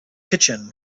kitchen